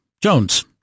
Jones